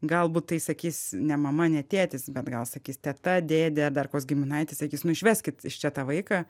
galbūt tai sakys ne mama ne tėtis bet gal sakys teta dėdė ar dar koks giminaitis sakys nu išveskit iš čia tą vaiką